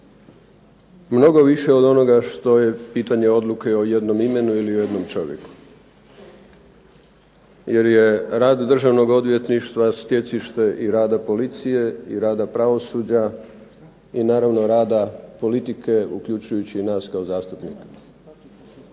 mnogo više od onoga što je pitanje odluke o jednom imenu ili o jednom čovjeku jer je rad Državnog odvjetništva stjecište i rada policije, rada pravosuđa i naravno rada politike uključujući i nas kao zastupnike.